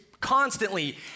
constantly